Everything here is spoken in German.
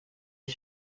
die